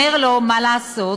אומר לו מה לעשות,